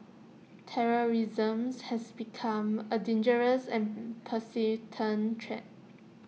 terrorism's has become A dangerous and persistent threat